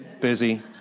busy